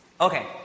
Okay